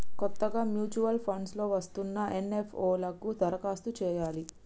కొత్తగా mutual funds లో వస్తున్న ఎన్.ఎఫ్.ఓ లకు దరఖాస్తు చేయాలి